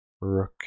rook